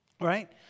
right